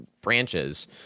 branches